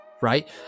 Right